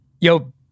yo